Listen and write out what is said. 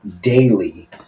daily